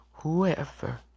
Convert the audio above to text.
Whoever